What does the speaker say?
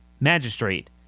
magistrate